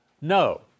no